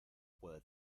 puede